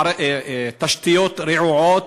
תשתיות רעועות,